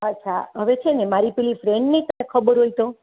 અચ્છા હવે છે ને મારી પેલી ફ્રેન્ડ નહીં તને ખબર હોય તો